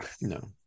no